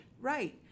right